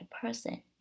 person